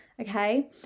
okay